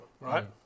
right